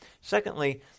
Secondly